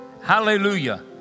Hallelujah